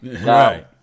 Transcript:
Right